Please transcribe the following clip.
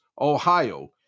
Ohio